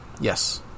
Yes